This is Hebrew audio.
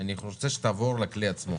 אני רוצה שתעבור לכלי עצמו.